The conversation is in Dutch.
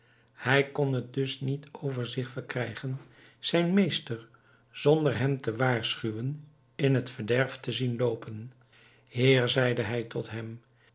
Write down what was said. hij kon het dus niet over zich verkrijgen zijn meester zonder hem te waarschuwen in het verderf te zien loopen heer zeide hij tot hem